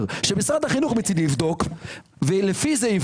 ששולחים את